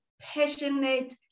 passionate